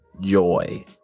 joy